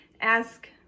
ask